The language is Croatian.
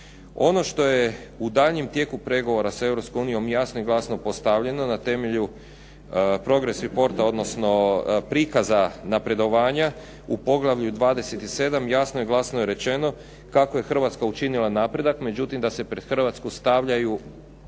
Ono što je u daljnjem tijeku pregovora s Europskom unijom jasno i glasno postavljeno na temelju progress reporta odnosno prikaza napredovanja u poglavlju 27 jasno i glasno je rečeno kako je Hrvatska učinila napredak, međutim da se pred Hrvatsku stavljaju